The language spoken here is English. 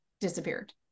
disappeared